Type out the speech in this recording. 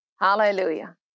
Hallelujah